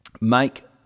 make